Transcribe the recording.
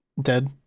dead